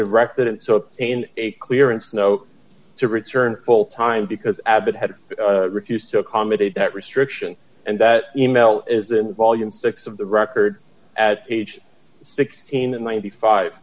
directed him so in a clearance note to return full time because abbott had refused to accommodate that restriction and that email is in volume six of the record as age sixteen and ninety five